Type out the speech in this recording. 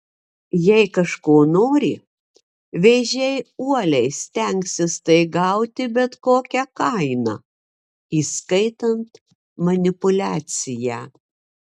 jei kažko nori vėžiai uoliai stengsis tai gauti bet kokia kaina įskaitant manipuliaciją